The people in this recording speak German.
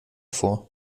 vor